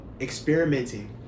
experimenting